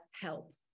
help